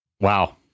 Wow